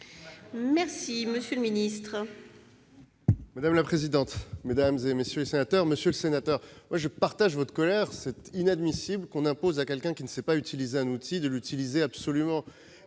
Merci, monsieur le ministre,